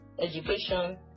education